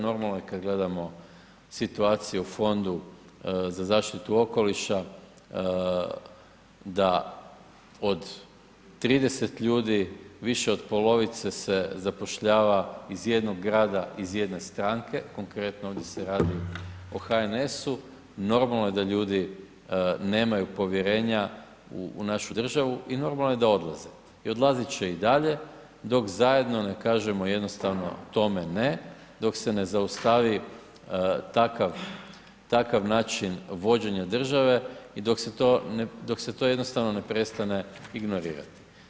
Normalno je kad gledamo situacije u Fondu za zaštitu okoliša da od 30 ljudi, više od polovice se zapošljava iz jednog grada, iz jedne stranke, konkretno ovdje se radi o HNS-u, normalno je da ljudi nemaju povjerenja u našu državu i normalno je da odlaze i odlazit će i dalje dok zajedno ne kažemo jednostavno tome ne, dok se ne zaustavi takav način vođenja države i dok se to jednostavno ne prestane ignorirat.